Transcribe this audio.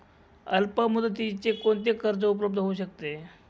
अल्पमुदतीचे कोणते कर्ज उपलब्ध होऊ शकते?